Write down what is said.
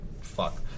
Fuck